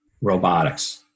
robotics